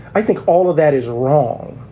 i think all of that is wrong.